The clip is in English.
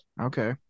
Okay